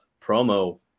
promo